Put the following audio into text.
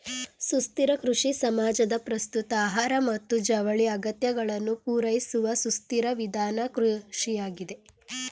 ಸುಸ್ಥಿರ ಕೃಷಿ ಸಮಾಜದ ಪ್ರಸ್ತುತ ಆಹಾರ ಮತ್ತು ಜವಳಿ ಅಗತ್ಯಗಳನ್ನು ಪೂರೈಸುವಸುಸ್ಥಿರವಿಧಾನದಕೃಷಿಯಾಗಿದೆ